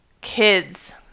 kids